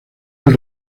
del